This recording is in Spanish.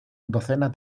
docenas